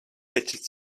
fidget